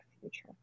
future